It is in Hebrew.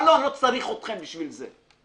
מה לא, אני לא צריך אתכם בשביל זה.